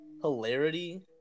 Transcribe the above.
hilarity